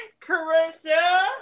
Carissa